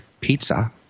pizza